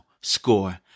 Score